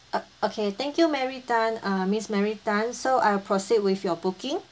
uh okay thank you mary tan uh miss mary tan so I proceed with your booking